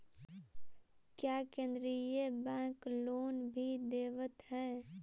क्या केन्द्रीय bank loan भी देवत हैं